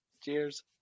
Cheers